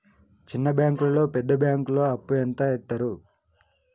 చిన్న బ్యాంకులలో పెద్ద బ్యాంకులో అప్పు ఎంత ఎక్కువ యిత్తరు?